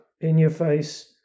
in-your-face